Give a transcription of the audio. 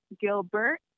Gilbert